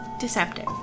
deceptive